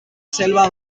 selva